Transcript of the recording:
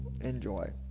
enjoy